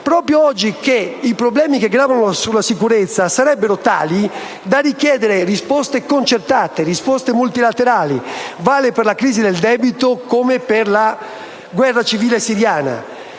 proprio oggi che i problemi che gravano sulla sicurezza sarebbero tali da richiedere risposte concertate, risposte multilaterali. Ciò vale per la crisi del debito come per la guerra civile siriana.